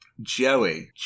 joey